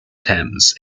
thames